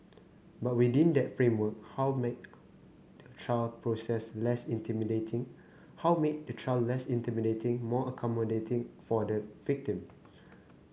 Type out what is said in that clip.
but within that framework how make the trial process less intimidating how make a trial process less intimidating more accommodating for the victim